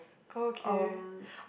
um